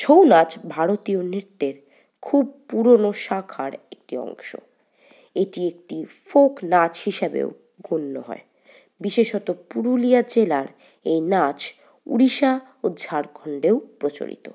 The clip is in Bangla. ছৌ নাচ ভারতীয় নৃত্যের খুব পুরোনো শাখার একটি অংশ এটি একটি ফোক নাচ হিসাবেও গণ্য হয় বিশেষত পুরুলিয়া জেলার এই নাচ ওড়িশা ও ঝাড়খন্ডেও প্রচলিত